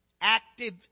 Active